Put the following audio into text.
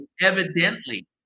evidently